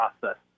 process